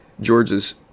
George's